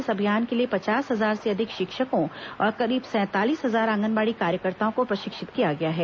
इस अभियान के लिए पचास हजार से अधिक षिक्षकों और करीब सैंतालीस हजार आंगनबाड़ी कार्यकर्ताओं को प्रषिक्षित किया गया है